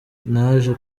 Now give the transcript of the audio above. naje